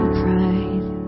pride